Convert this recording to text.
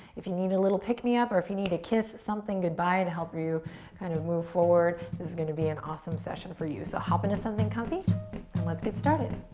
if you need a little pick me up or if you need to kiss something goodbye and help you kind of move forward this is gonna be an awesome session for you. so hop into something comfy and let's get started.